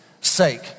sake